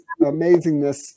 amazingness